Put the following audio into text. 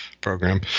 program